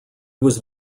was